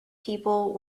people